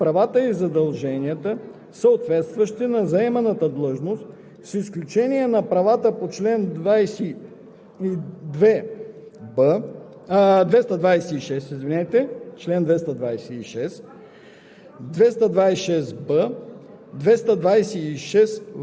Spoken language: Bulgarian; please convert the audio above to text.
(4) За времето на изпълнение на договора по ал. 1 резервистите са със статус на военнослужещи с правата и задълженията, съответстващи на заеманата длъжност, с изключение на правата по чл. 226,